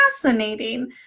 fascinating